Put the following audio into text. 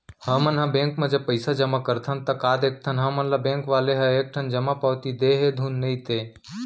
हमन ह बेंक म जब पइसा जमा करथन ता का देखथन हमन ल बेंक वाले ह एक ठन जमा पावती दे हे धुन नइ ते